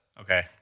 Okay